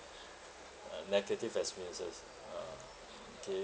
uh negative experiences uh okay